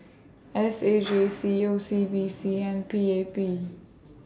S A J C O C B C and P A P